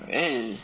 really